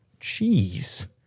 Jeez